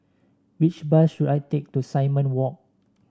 which bus should I take to Simon Walk